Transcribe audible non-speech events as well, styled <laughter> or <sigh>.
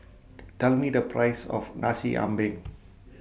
<noise> Tell Me The Price of Nasi Ambeng